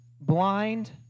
blind